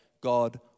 God